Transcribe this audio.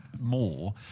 more